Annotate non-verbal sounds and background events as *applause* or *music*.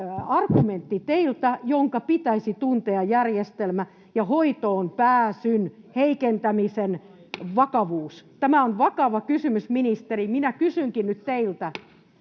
argumentti teiltä, jonka pitäisi tuntea järjestelmä ja hoitoonpääsyn heikentämisen vakavuus. *noise* Tämä on vakava kysymys, ministeri. Minä kysynkin nyt teiltä: